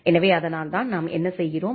எனவே அதனால்தான் நாம் என்ன செய்கிறோம்